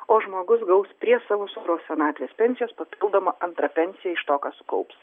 o žmogus gaus prie savo sodros senatvės pensijos papildomą antrą pensiją iš to ką sukaups